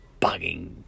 bugging